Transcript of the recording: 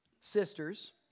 Sisters